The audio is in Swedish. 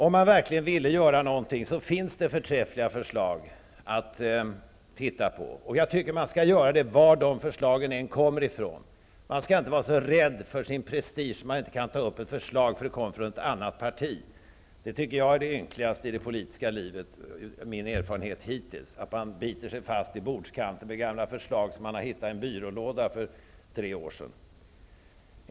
Om man verkligen vill göra någonting, finns det förträffliga förslag att se på. Jag tycker att man skall göra det oavsett varifrån förslagen kommer. Man skall inte vara så rädd om sin prestige, att man inte kan ta upp en förslag till behandling därför att det kommer från ett annat parti. Det ynkligaste i det politiska livet efter min erfarenhet hittills är att man biter sig fast i bordskanten, med gamla förslag som man hittat i någon gammal byrålåda för tre år sedan.